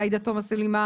עאידה תומא סלימאן,